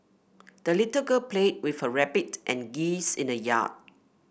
the little girl played with her rabbit and geese in the yard